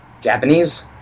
Japanese